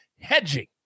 hedging